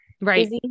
Right